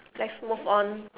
let's move on